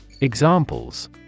Examples